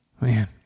man